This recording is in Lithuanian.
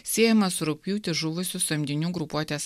siejamą su rugpjūtį žuvusių samdinių grupuotės